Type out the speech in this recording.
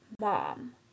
Mom